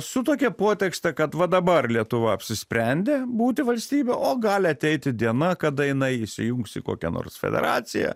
su tokia potekste kad va dabar lietuva apsisprendė būti valstybė o gali ateiti diena kada jinai įsijungs į kokią nors federaciją